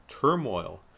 Turmoil